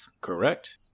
Correct